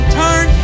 turn